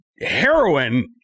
heroin